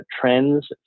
trends